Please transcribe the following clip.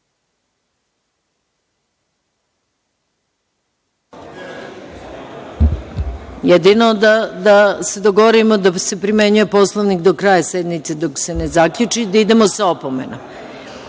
da se dogovorimo da se primenjuje Poslovnik do kraja sednice, dok se ne zaključi i da idemo sa opomenama. Na